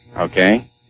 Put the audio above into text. Okay